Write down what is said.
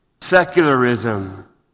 secularism